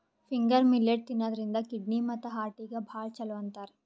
finger millet ತಿನ್ನದ್ರಿನ್ದ kidney ಮತ್ತ್ ಹಾರ್ಟಿಗ್ ಭಾಳ್ ಛಲೋ ಅಂತಾರ್